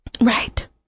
Right